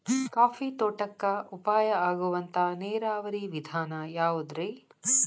Coffee ತೋಟಕ್ಕ ಉಪಾಯ ಆಗುವಂತ ನೇರಾವರಿ ವಿಧಾನ ಯಾವುದ್ರೇ?